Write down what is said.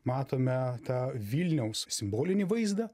matome tą vilniaus simbolinį vaizdą